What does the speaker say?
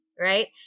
right